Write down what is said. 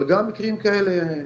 אבל גם מקרים כאלה.